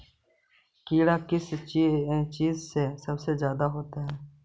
कीड़ा किस चीज से सबसे ज्यादा होता है?